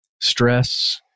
stress